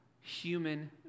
human